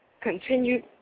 Continue